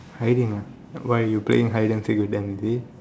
hiding ah why you playing hide and seek with them is it